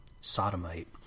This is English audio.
sodomite